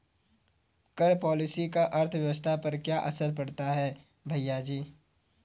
कर पॉलिसी का अर्थव्यवस्था पर क्या असर पड़ता है, भैयाजी?